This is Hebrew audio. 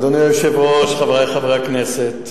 אדוני היושב-ראש, חברי חברי הכנסת,